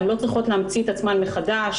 הן לא צריכות להמציא את עצמן מחדש.